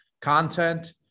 content